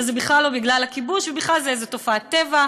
וזה בכלל תופעת טבע,